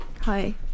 Hi